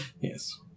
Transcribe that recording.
Yes